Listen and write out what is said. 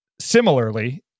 Similarly